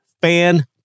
fan